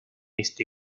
este